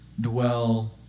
dwell